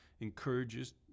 encourages